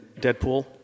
Deadpool